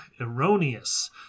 erroneous